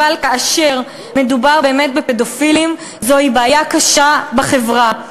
אבל כאשר מדובר באמת בפדופילים זו בעיה קשה בחברה.